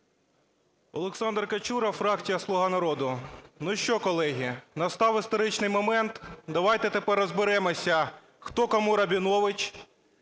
Олександр Качура, фракція "Слуга народу". Ну що, колеги, настав історичний момент. Давайте тепер розберемося "хто кому Рабінович",